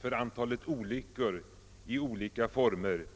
för antalet olyckor i olika former.